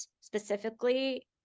specifically